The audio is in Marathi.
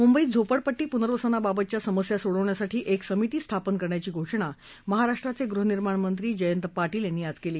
मुंबईत झोपडपट्टी पुनर्वसनाबाबतच्या समस्या सोडवण्यासाठी एक समिती स्थापन करण्याची घोषणा महाराष्ट्राचे गृहनिर्माण मंत्री जयंत पाटील यांनी आज केली